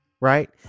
Right